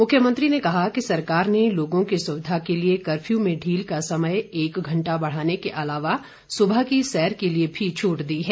मुख्यमंत्री ने कहा कि सरकार ने लोगों की सुविधा के लिए कफ्यू में ढील का समय एक घंटा बढ़ाने के अलावा सुबह की सैर के लिए भी छूट दी है